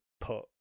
put